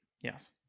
Yes